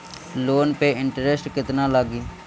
Loan पे interest केतना लागी?